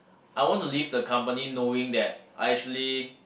I want to leave the company knowing that I actually